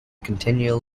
continual